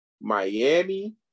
Miami